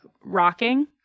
rocking